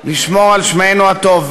לשמור על שמנו הטוב.